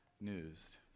news